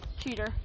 cheater